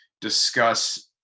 discuss